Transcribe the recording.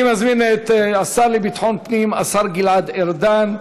אני מזמין את השר לביטחון הפנים, השר גלעד ארדן,